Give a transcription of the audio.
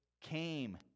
came